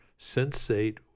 sensate